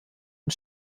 und